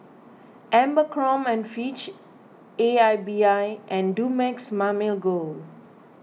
Abercrombie and Fitch A I B I and Dumex Mamil Gold